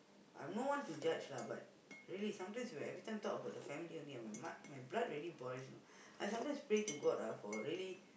I'm no one to judge lah but really sometimes you every time you talk about that family only my b~ blood really boils you know I sometimes pray to God ah for really